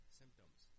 symptoms